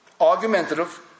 Argumentative